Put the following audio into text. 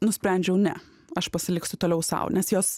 nusprendžiau ne aš pasiliksiu toliau sau nes jos